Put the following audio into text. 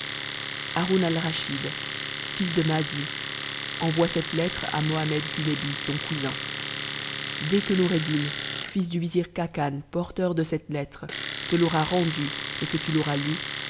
haroun airaschid fils de mahdi envoie cette lettre a mohiumuet zincbi son confin dès que noureddin fils du vizir khacan porteur de cette lettre te l'aura rendue et que tu l'auras lue